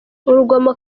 urugomo